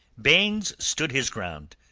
baynes stood his ground,